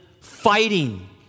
fighting